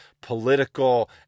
political